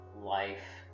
life